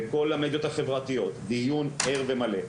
בכל המדיות החברתיות דיון ער ומלא,